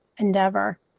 Endeavor